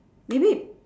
maybe